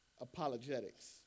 apologetics